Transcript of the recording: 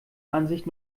ansicht